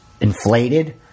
inflated